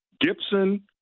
Gibson